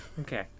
Okay